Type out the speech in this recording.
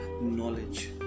knowledge